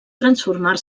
transformar